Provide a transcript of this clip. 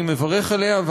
אני מברך עליה,